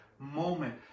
moment